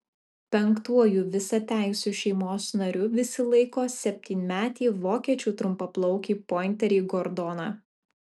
penktuoju visateisiu šeimos nariu visi laiko septynmetį vokiečių trumpaplaukį pointerį gordoną